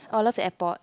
orh I love the airport